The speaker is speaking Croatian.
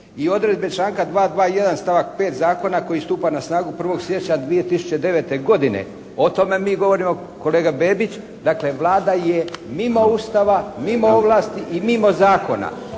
i "odredbe članka 221. stavak 5. Zakona koji stupa na snagu 1. siječnja 2009. godine". O tome mi govorimo, kolega Bebić. Dakle, Vlada je mimo Ustava, mimo ovlasti i mimo zakona.